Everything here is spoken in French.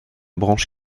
branche